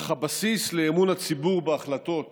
אך הבסיס לאמון הציבור בהחלטות